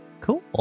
Cool